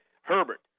Herbert